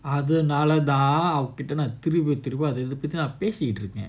other அதுனாலதான்நான்அவகிட்டதிருப்பிதிருப்பிபேசிட்டுஇருக்கேன்:adhunalatha naan ava kitta thirumpi thirumpi pesitdu irukken